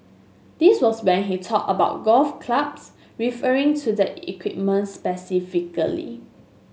this was when he talked about golf clubs referring to the equipment specifically